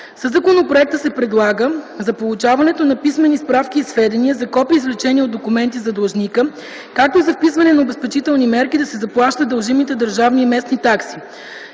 Със законопроекта се предлага за получаването на писмени справки и сведения, за копия и извлечения от документи за длъжника, както и за вписване на обезпечителни мерки да се заплащат дължимите държавни и местни такси,